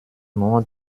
nur